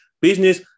Business